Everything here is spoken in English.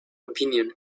opinion